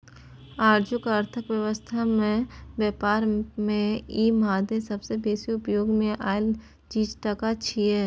आजुक अर्थक व्यवस्था में ब्यापार में ई मादे सबसे बेसी उपयोग मे आएल चीज टका छिये